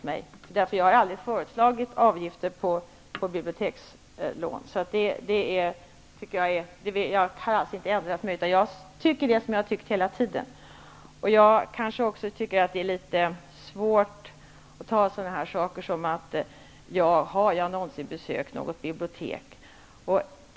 Herr talman! Jag har aldrig föreslagit avgifter på bibliotekslån. Jag har alltså inte ändrat mig, och jag tycker detsamma som jag hela tiden har tyckt. Jag finner det också litet svårt att ta emot frågor av typen om jag någonsin har besökt ett bibliotek.